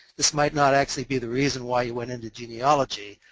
this might not actually be the reason why you went into genealogy,